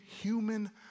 human